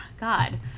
God